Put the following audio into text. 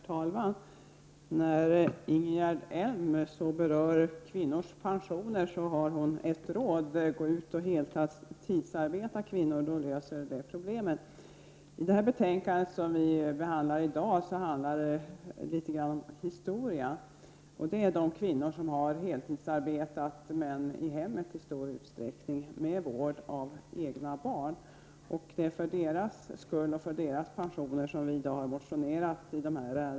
Herr talman! När Ingegerd Elm berör kvinnors pensioner har hon ett råd: Gå ut och heltidsarbeta, kvinnor! Det löser problemet. I det betänkande vi behandlar i dag handlar det litet grand om historia. Det gäller de kvinnor som har heltidsarbetat, men i stor utsträckning i hemmet med vård av egna barn. Det är för deras skull och för deras pensioner som vi har motionerat.